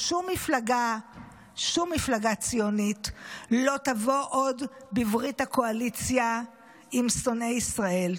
שום מפלגה ציונית לא תבוא עוד בברית הקואליציה עם שונאי ישראל.